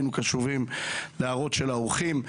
היינו קשובים להערות של האורחים.